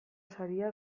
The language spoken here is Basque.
saria